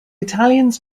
italians